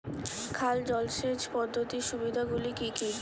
খাল জলসেচ পদ্ধতির সুবিধাগুলি কি কি?